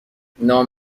نام